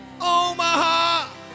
Omaha